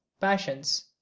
passions